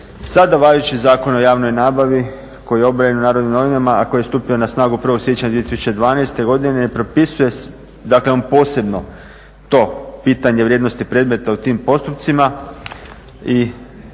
Sada važeći Zakon o javnoj nabavi koji je objavljen u NN, a koji je stupio na snagu 1.siječnja 2012.propisuje, dakle on posebno to pitanje o vrijednosti predmeta u tim postupcima i